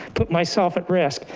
put myself at risk?